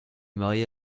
marié